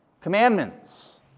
Commandments